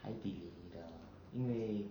海底里的因为